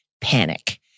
Panic